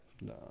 No